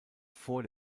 vor